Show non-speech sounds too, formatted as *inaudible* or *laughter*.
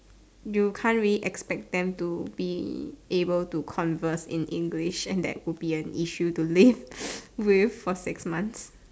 you can't really expect them to be able to converse in English and that would be an issue to live *noise* with for six months